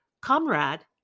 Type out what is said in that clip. Comrade